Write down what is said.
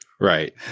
Right